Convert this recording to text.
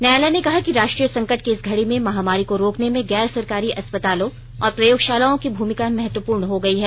न्यायालय ने कहा कि राष्ट्रीय संकट की इस घड़ी में महामारी को रोकने में गैर सरकारी अस्पतालों और प्रयोगशालाओं की भूमिका महत्वपूर्ण हो गई है